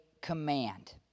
command